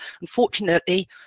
Unfortunately